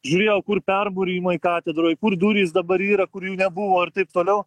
žiūrėjau kur permūrijimai katedroj kur durys dabar yra kur jų nebuvo ir taip toliau